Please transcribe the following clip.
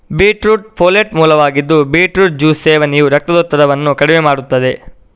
beetroot folate ಮೂಲವಾಗಿದ್ದು beetroot juice ಸೇವನೆಯು ರಕ್ತದೊತ್ತಡವನ್ನು ಕಡಿಮೆ ಮಾಡುತ್ತದೆ